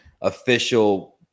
official